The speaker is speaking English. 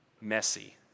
messy